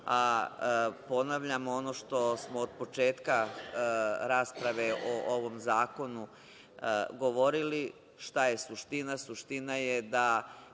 Ponavljamo ono što smo od početka rasprave o ovom zakonu govorili. Šta je suština?